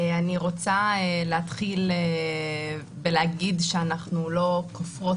אני רוצה להתחיל בלהגיד שאנחנו לא כופרות,